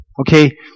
okay